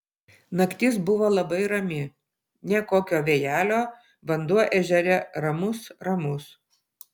naktis buvo labai rami nė kokio vėjelio vanduo ežere ramus ramus